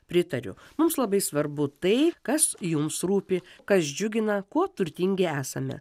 pritariu mums labai svarbu tai kas jums rūpi kas džiugina kuo turtingi esame